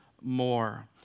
more